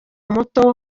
muto